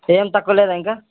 ఏమి తక్కువ లేదు ఇంకా